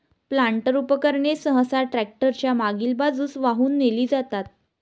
planter उपकरणे सहसा tractor च्या मागील बाजूस वाहून नेली जातात